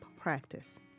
Practice